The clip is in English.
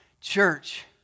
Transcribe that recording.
Church